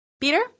Peter